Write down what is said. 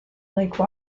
lake